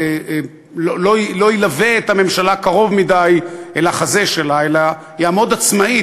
לא ילווה את הממשלה קרוב מדי אל החזה שלה אלא יעמוד עצמאי,